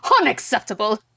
Unacceptable